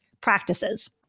practices